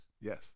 Yes